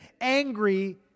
angry